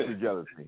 jealousy